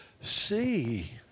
see